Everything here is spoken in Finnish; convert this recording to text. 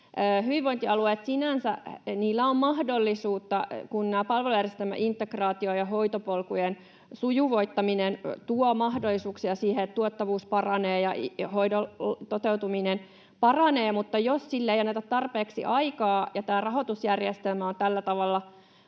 Hyvinvointialueilla sinänsä on mahdollisuus — kun nämä palvelujärjestelmän integraatio ja hoitopolkujen sujuvoittaminen tuovat mahdollisuuksia — siihen, että tuottavuus paranee ja hoidon toteutuminen paranee, mutta jos sille ei anneta tarpeeksi aikaa ja tämä rahoitusjärjestelmä on tällä tavalla